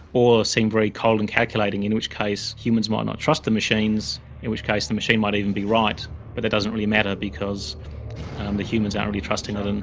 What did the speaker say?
or seem very cold and calculating in which case humans might not trust the machines, in which case the machine might even be right but it doesn't really matter because the humans aren't very trusting of them,